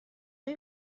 های